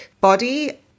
body